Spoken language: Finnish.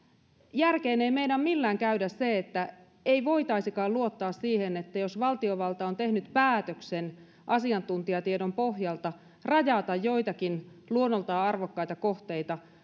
järkeen ei meinaa millään käydä se että ei voitaisikaan luottaa siihen että jos valtiovalta on tehnyt päätöksen asiantuntijatiedon pohjalta rajata joitakin luonnoltaan arvokkaita kohteita